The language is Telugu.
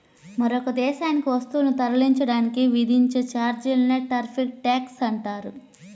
మరొక దేశానికి వస్తువులను తరలించడానికి విధించే ఛార్జీలనే టారిఫ్ ట్యాక్స్ అంటారు